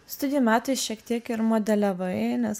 studijų metais šiek tiek ir modeliavai nes